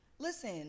Listen